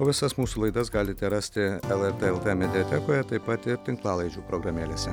visas mūsų laidas galite rasti lrt mediatekoje taip pat ir tinklalaidžių programėlėse